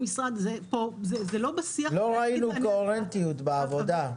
זה לא בשיח ש --- לא ראינו קוהרנטיות בעבודה,